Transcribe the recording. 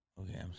Okay